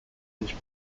this